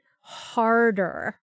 harder